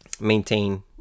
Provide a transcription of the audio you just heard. maintain